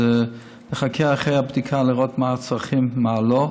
אז נחכה לאחרי הבדיקה לראות מה הצרכים ומה לא.